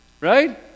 right